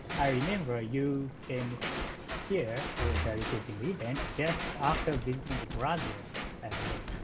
i remember ah you came here for the recruiting event just after visiting brazil i believe.